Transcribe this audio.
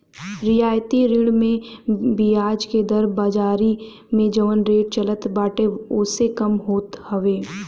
रियायती ऋण में बियाज के दर बाजारी में जवन रेट चलत बाटे ओसे कम होत हवे